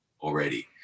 already